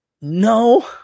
no